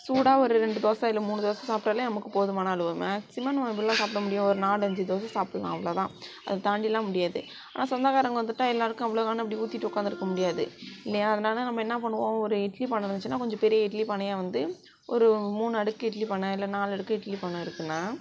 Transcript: சூடாக ஒரு ரெண்டு தோசை இல்லை மூணு தோசை சாப்பிடாலே நமக்கு போதுமான அளவு மேக்ஸிமம்னு எவ்வளோ சாப்பிட முடியும் ஒரு நாலு அஞ்சு தோசை சாப்பிடலாம் அவ்வளோதான் அது தாண்டில்லாம் முடியாது ஆனால் சொந்தக்காரங்க வந்துட்டால் எல்லோருக்கும் அவ்வளோ தான் அப்படி ஊற்றிட்டு உக்காந்துருக்க முடியாது இல்லையா அதனால நம்ம என்ன பண்ணுவோம் ஒரு இட்லி பானை இருந்துச்சுன்னால் ஒரு பெரிய இட்லி பானையாக வந்து ஒரு மூணு அடுக்கு இட்லி பானை இல்லைனா நாலு அடுக்கு இட்லி பானை இருக்குன்னால்